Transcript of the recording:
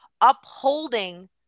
upholding